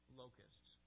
locusts